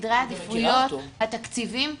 סדרי העדיפויות, התקציבים ישתנו,